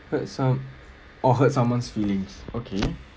hurt some or hurt someone's feelings okay